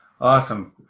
Awesome